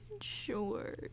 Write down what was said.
Sure